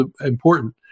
important